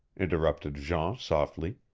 interrupted jean softly.